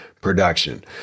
Production